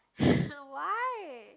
why